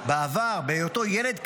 בעבר, בהיותו ילד קטן,